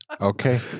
Okay